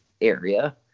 area